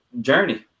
journey